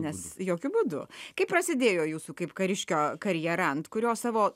nes jokiu būdu kaip prasidėjo jūsų kaip kariškio karjera ant kurios savo